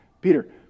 Peter